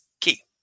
Key